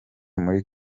muri